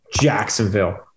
Jacksonville